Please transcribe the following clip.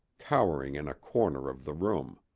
cowering in a corner of the room.